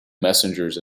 messengers